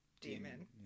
Demon